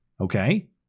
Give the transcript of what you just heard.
Okay